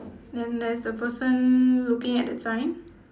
then there's a person looking at that sign